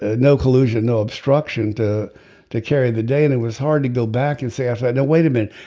ah no collusion no obstruction to to carry the day and it was hard to go back and say i said no wait a minute.